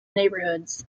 neighbourhoods